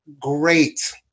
great